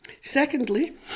Secondly